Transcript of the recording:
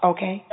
Okay